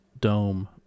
dome